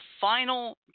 final